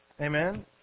Amen